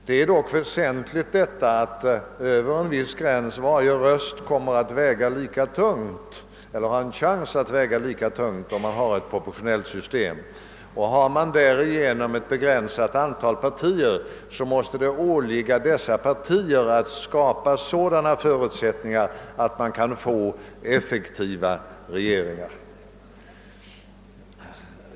Det är dock väsentligt att över en viss gräns kommer vid ett proportionellt system varje röst att ha en chans att väga lika tungt. Har man ett begränsat antal partier måste det åligga dessa att skapa politiska förutsättningar för effektiva regeringar.